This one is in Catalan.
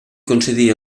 concedí